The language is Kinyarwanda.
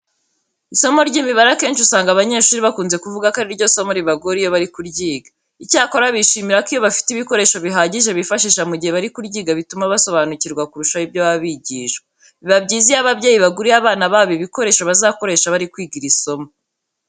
Isomo ry'imibare akenshi usanga abanyeshuri bakunze kuvuga ko ari ryo somo ribagora iyo bari kuryiga. Icyakora bishimira ko iyo bafite ibikoresho bihagije bifashisha mu gihe bari kuryiga bituma basobanukirwa kurushaho ibyo baba bigishwa. Biba byiza iyo ababyeyi baguriye abana babo ibikoresho bazakoresha bari kwiga iri somo.